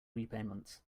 repayments